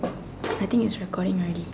I think it's recording already